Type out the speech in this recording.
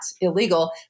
illegal